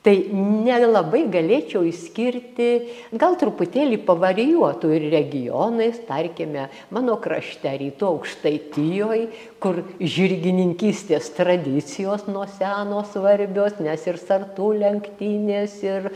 tai nelabai galėčiau išskirti gal truputėlį pavarijuotų ir regionais tarkime mano krašte rytų aukštaitijoj kur žirgininkystės tradicijos nuo seno svarbios nes ir sartų lenktynės ir